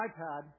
iPad